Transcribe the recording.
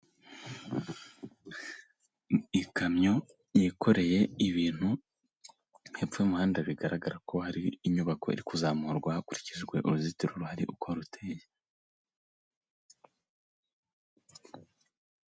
Igikamyo yikoreye ibintu, hepfo y'umuhanda bigaragara ko hari inyubako iri kuzamurwa hakurikijwe uruzitiro ruhari uko ruteye.